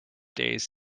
days